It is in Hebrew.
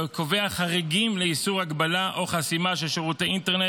וקובע חריגים לאיסור הגבלה או חסימה של שירותי אינטרנט,